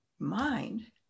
mind